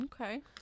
Okay